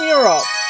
Europe